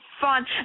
fun